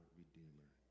redeemer